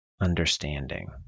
understanding